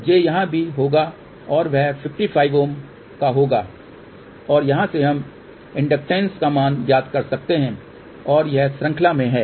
j यहां भी होगा और वह 55Ω का होगा और यहां से हम इंडकटैंस का मान ज्ञात कर सकते हैं और यह श्रृंखला में है